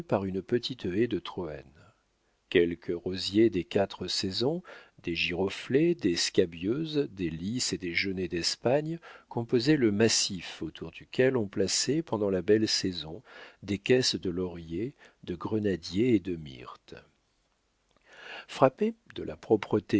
une petite haie de troène quelques rosiers des quatre saisons des giroflées des scabieuses des lis et des genêts d'espagne composaient le massif autour duquel on plaçait pendant la belle saison des caisses de lauriers de grenadiers et de myrtes frappé de la